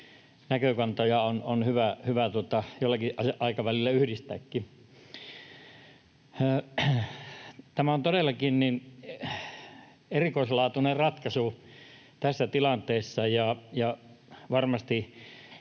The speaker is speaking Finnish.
näkökantoja on hyvä jollakin aikavälillä yhdistääkin. Tämä on todellakin erikoislaatuinen ratkaisu tässä tilanteessa